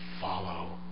follow